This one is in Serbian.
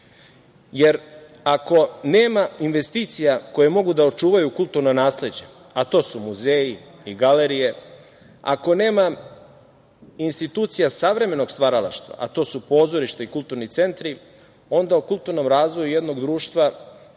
jer ako nema investicija koje mogu da očuvaju kulturno nasleđe, a to su muzeji i galerije, ako nema institucija savremenog stvaralaštva, a to su pozorište i kulturni centri, onda o kulturnom razvoju jednog društva ne može,